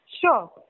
Sure